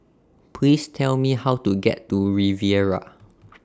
Please Tell Me How to get to Riviera